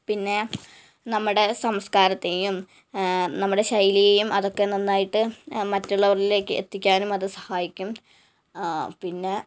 പിന്നേ നമ്മുടെ സംസ്കാരത്തേയും നമ്മുടെ ശൈലിയേയും അതൊക്കെ നന്നായിട്ട് മറ്റുള്ളവരിലേക്ക് എത്തിക്കാനും അത് സഹായിക്കും പിന്നെ